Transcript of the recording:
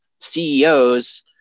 CEOs